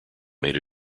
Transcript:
made